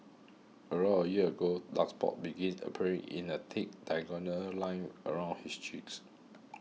around a year ago dark spots began appearing in a thick diagonal line around his cheeks